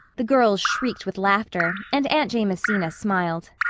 the girls shrieked with laughter and aunt jamesina smiled.